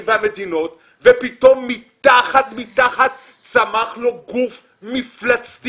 והמדינות ופתאום מתחת צמח לו גוף מפלצתי,